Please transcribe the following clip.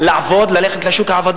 לעוד עשר שנים,